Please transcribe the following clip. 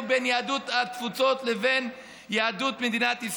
בין יהדות התפוצות לבין יהדות מדינת ישראל.